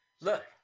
Look